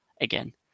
again